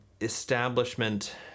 Establishment